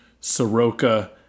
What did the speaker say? Soroka